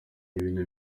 ibintu